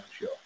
show